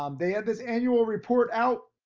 um they had this annual report out,